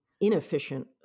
inefficient